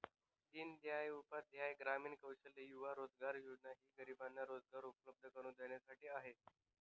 दीनदयाल उपाध्याय ग्रामीण कौशल्य युवा रोजगार योजना ही गरिबांना रोजगार उपलब्ध करून देण्यासाठी आहे